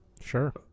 Sure